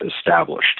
established